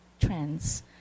trends